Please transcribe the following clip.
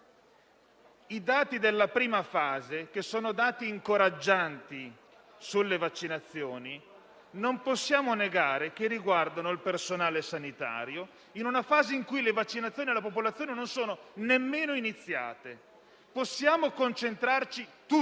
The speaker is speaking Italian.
i dati della prima fase, che sono dati incoraggianti sulle vaccinazioni, riguardano il personale sanitario in una fase in cui le vaccinazioni alla popolazione non sono nemmeno iniziate. Possiamo concentrarci tutti,